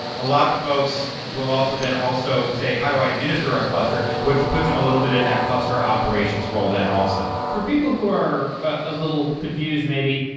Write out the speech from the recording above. a lot of folks will also then also say, how do i administer a cluster? which puts him a little bit in that cluster operations role then also. for people who are a little confused maybe,